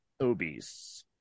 obese